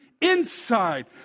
inside